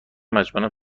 مجبورم